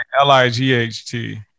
L-I-G-H-T